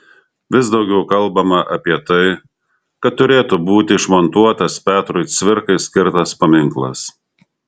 vis daugiau kalbama apie tai kad turėtų būti išmontuotas petrui cvirkai skirtas paminklas